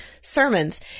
sermons